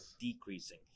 decreasing